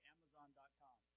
Amazon.com